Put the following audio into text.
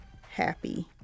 happy